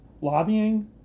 lobbying